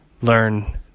learn